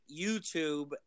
YouTube